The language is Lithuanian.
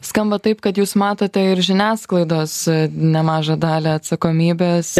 skamba taip kad jūs matote ir žiniasklaidos nemažą dalį atsakomybės